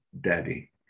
daddy